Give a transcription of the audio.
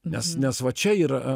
nes nes va čia yra